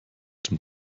dem